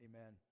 amen